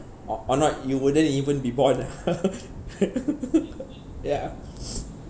or or not you wouldn't even be born ah ya